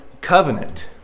covenant